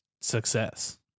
success